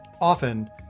Often